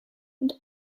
und